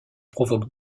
provoque